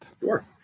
Sure